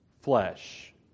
flesh